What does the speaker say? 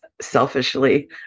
selfishly